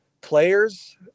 players